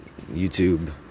YouTube